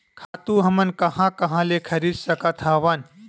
खातु हमन कहां कहा ले खरीद सकत हवन?